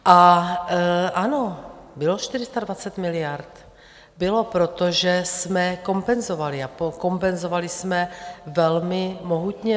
A ano, bylo 420 miliard, bylo, protože jsme kompenzovali a kompenzovali jsme velmi mohutně.